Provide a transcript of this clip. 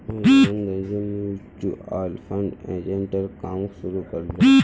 योगेंद्रजी mutual fund एजेंटेर काम शुरू कर ले